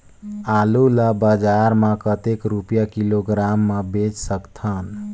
आलू ला बजार मां कतेक रुपिया किलोग्राम म बेच सकथन?